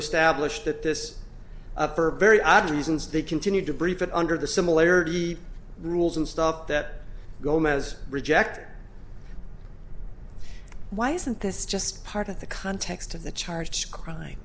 establish that this up are very odd reasons they continued to brief it under the similarity rules and stop that gomez reject why isn't this just part of the context of the charge scrying